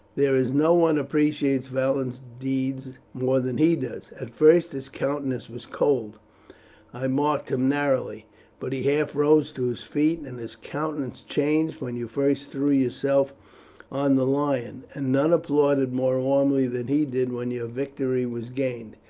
there is no one appreciates valiant deeds more than he does. at first his countenance was cold i marked him narrowly but he half rose to his feet and his countenance changed when you first threw yourself on the lion, and none applauded more warmly than he did when your victory was gained.